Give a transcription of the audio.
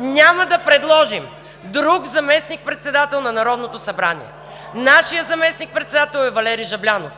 Няма да предложим друг заместник-председател на Народното събрание. Нашият заместник-председател е Валери Жаблянов.